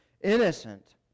innocent